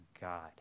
God